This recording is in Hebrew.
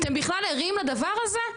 אתם בכלל ערים לדבר הזה?